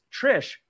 trish